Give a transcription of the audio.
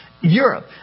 Europe